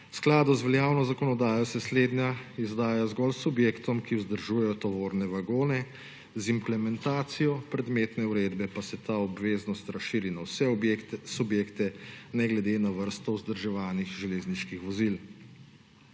skladu z veljavno zakonodajo se slednja izdaja zgolj subjektom, ki vzdržujejo tovorne vagone, z implementacijo predmetne uredbe pa se ta obveznost razširi na vse subjekte ne glede na vrsto vzdrževanih železniških vozil.